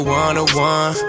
one-on-one